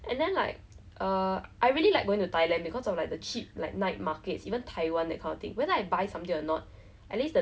然后没有电梯所以每天我们都要走上楼梯 then like must the first day and the okay last day at least is coming down